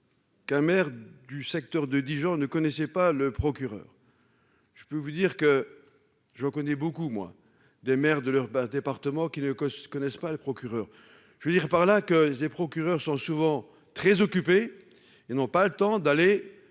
qu'un maire du secteur de Dijon ne connaissait pas le procureur, je peux vous dire que je connais beaucoup moins des maires de leur département qui ne connaissent pas le procureur, je veux dire par là que des procureurs sont souvent très occupé et n'ont pas le temps d'aller